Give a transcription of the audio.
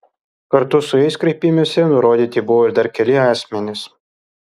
kartu su jais kreipimesi nurodyti buvo ir dar keli asmenys